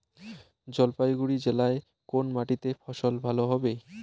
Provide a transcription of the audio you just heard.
জলপাইগুড়ি জেলায় কোন মাটিতে ফসল ভালো হবে?